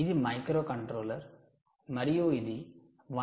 ఇది మైక్రోకంట్రోలర్ మరియు ఇది 1